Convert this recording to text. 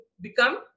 become